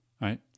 right